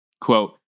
quote